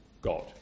God